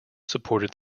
supported